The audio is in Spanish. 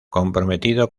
comprometido